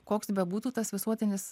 koks bebūtų tas visuotinis